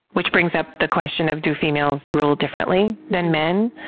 which brings up the question of, do females rule differently than men?